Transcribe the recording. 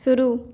शुरू